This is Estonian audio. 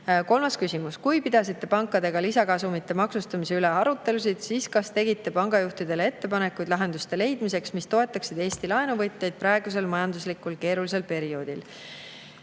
Kolmas küsimus: "Kui pidasite pankadega lisakasumite maksustamise üle arutelusid, siis kas tegite pangajuhtidele ettepanekuid lahenduste leidmiseks, mis toetaksid Eesti laenuvõtjaid praegusel majanduslikult keerulisel perioodil?"